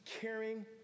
caring